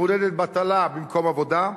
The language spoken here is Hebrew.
שמעודדת בטלה במקום עבודה,